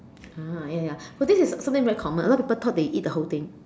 ah ya ya so this is something very common a lot of people thought that you eat the whole thing